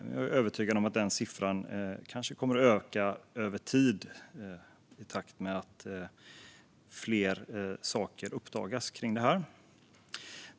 Men jag är övertygad om att denna siffra kommer att öka över tid i takt med att fler saker uppdagas kring detta.